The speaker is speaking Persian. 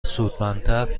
سودمندتر